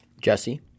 Jesse